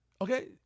Okay